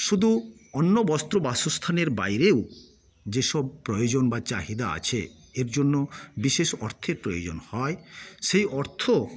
শুধু অন্ন বস্ত্র বাসস্থানের বাইরেও যেসব প্রয়োজন বা চাহিদা আছে এর জন্য বিশেষ অর্থের প্রয়োজন হয় সেই অর্থ